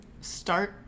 start